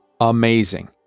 amazing